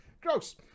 Gross